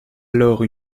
alors